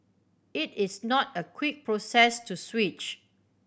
it is not a quick process to switch